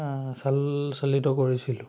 চাল চালিত কৰিছিলোঁ